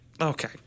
Okay